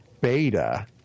beta